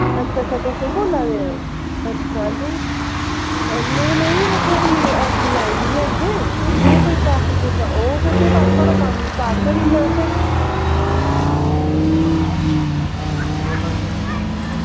अच्छा अच्छा तुस ओह् बोल्ला दे अच्छा जी नेईं नेईं थुआढ़ी लाई दी अज्ज ऐ जियां पैसे औङन ते थुआढ़ा कम्म स्टार्ट करी ओड़ना असें